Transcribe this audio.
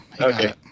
Okay